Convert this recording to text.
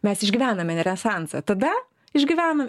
mes išgyvename renesansą tada išgyvenom